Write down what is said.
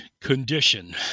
condition